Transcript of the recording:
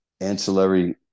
ancillary